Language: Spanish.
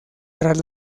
tras